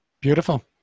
Beautiful